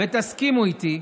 ותסכימו איתי,